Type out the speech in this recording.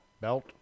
belt